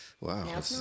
Wow